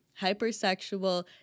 hypersexual